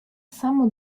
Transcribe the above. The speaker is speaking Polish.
samo